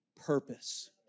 Purpose